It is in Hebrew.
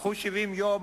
קחו 70 יום,